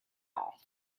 all